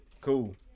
cool